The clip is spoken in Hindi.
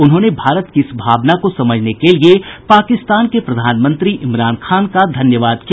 उन्होंने भारत की इस भावना को समझने के लिए पाकिस्तान के प्रधानमंत्री इमरान खान का धन्यवाद किया